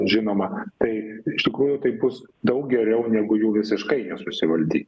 žinoma tai iš tikrųjų tai bus daug geriau negu jų visiškai nesusivaldyt